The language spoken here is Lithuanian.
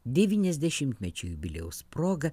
devyniasdešimtmečio jubiliejaus proga